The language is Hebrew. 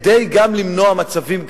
כדי גם למנוע מצבים כאלה,